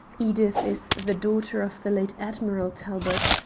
edith is the daughter of the late admiral talbot.